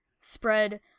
spread